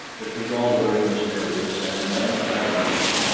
it was all very mysterious and unfathomable,